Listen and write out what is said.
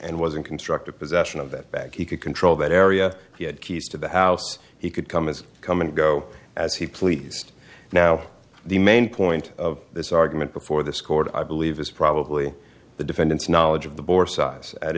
and was in constructive possession of that bag he could control that area he had keys to the house he could come as come and go as he pleased now the main point of this argument before this court i believe is probably the defendant's knowledge of the bore size at